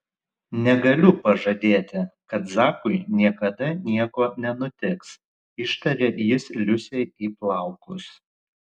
negaliu pažadėti kad zakui niekada nieko nenutiks ištarė jis liusei į plaukus